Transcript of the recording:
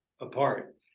apart